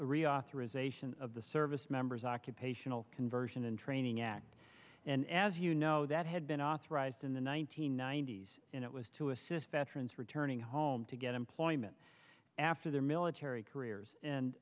reauthorization of the servicemembers occupational conversion and training act and as you know that had been authorized in the one nine hundred ninety s it was to assist veterans returning home to get employment after their military careers and